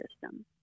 system